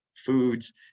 foods